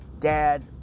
dad